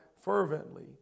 fervently